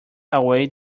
away